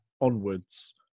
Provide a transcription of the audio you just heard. onwards